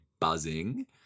buzzing